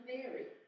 Mary